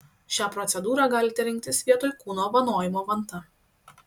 šią procedūrą galite rinktis vietoj kūno vanojimo vanta